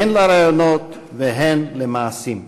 הן לרעיונות והן למעשים.